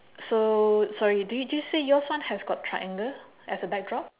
so sorry do you just say yours one has got triangle as a backdrop